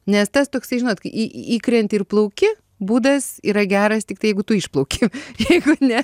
nes tas toksai žinot į įkrenti ir plauki būdas yra geras tiktai jeigu tu išplauki jeigu ne